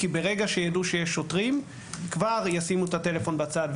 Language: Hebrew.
כי ברגע שיידעו שיש שוטרים כבר ישימו את הטלפון בצד,